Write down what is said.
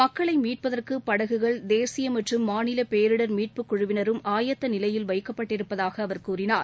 மக்களை மீட்பதற்கு படகுகள் தேசிய மற்றும் மாநில பேரிடர் மீட்புக் குழுவினரும் ஆயத்த நிலையில் வைக்கப்பட்டிருப்பதாக அவர் கூறினார்